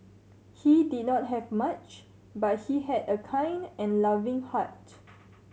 he did not have much but he had a kind and loving heart